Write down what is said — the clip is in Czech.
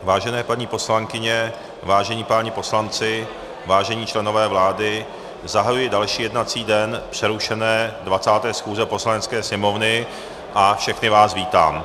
Vážené paní poslankyně, vážení páni poslanci, vážení členové vlády, zahajuji další jednací den přerušené 20. schůze Poslanecké sněmovny a všechny vás vítám.